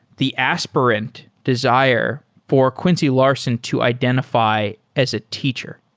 the aspirant desire for quincy larson to identify as a teacher?